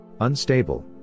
Unstable